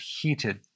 heated